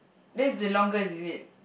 that's the longest is it